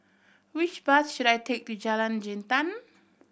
which bus should I take to Jalan Jintan